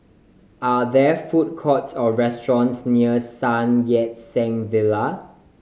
are there food courts or restaurants near Sun Yat Sen Villa